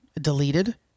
deleted